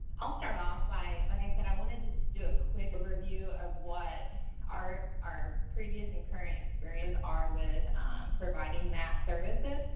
i will start off by like i said, i want to just do a quick overview of what our our previous and current experiences are with providing mat services.